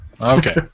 Okay